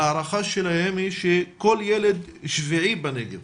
ההערכה שלהם היא שכל ילד שביעי בנגב